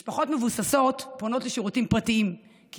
משפחות מבוססות פונות לשירותים פרטיים כי